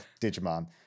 Digimon